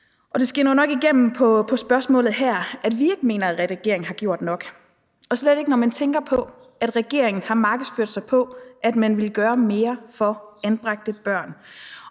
Det skinner jo nok igennem i spørgsmålet her, at vi ikke mener, at regeringen har gjort nok – og slet ikke, når man tænker på, at regeringen har markedsført sig på, at man ville gøre mere for anbragte børn.